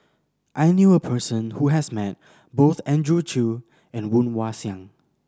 I knew a person who has met both Andrew Chew and Woon Wah Siang